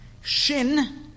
Shin